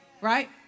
Right